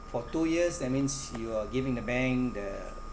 for two years that means you are giving the bank the